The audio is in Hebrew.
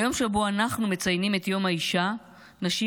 ביום שבו אנחנו מציינים את יום האישה נשים